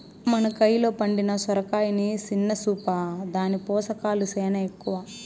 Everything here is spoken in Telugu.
మన కయిలో పండిన సొరకాయని సిన్న సూపా, దాని పోసకాలు సేనా ఎక్కవ